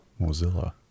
Mozilla